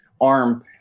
arm